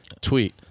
Tweet